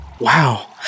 Wow